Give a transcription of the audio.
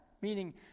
meaning